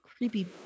Creepy